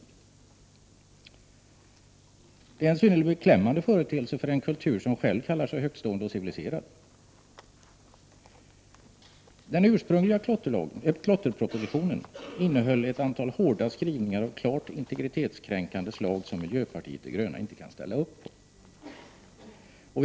Detta är en synnerligen beklämmande företeelse för en kultur som själv kallar sig högtstående och civiliserad. Den ursprungliga klotterpropositionen innehöll ett antal hårda skrivningar av klart integritetskränkande slag, som miljöpartiet de gröna inte kan ställa upp på.